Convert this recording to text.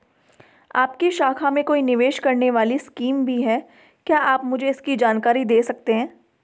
आपकी शाखा में कोई निवेश करने वाली स्कीम भी है क्या आप मुझे इसकी जानकारी दें सकते हैं?